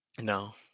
no